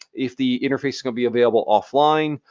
if the interface is gonna be available offline,